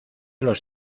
los